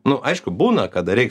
nu aišku būna kada reik